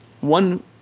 one